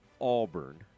Auburn